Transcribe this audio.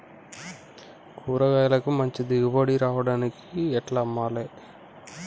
కూరగాయలకు మంచి దిగుబడి రావడానికి ఎట్ల అమ్మాలే?